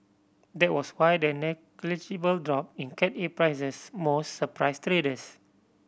that was why the negligible drop in Cat A prices most surprised traders